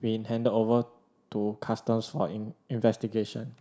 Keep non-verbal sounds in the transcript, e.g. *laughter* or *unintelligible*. been handed over to customs *unintelligible* investigation